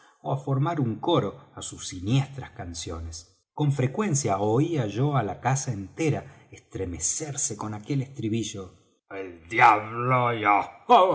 á formar un coro á sus siniestras canciones con frecuencia oía yo á la casa entera estremecerse con aquel estribillo el diablo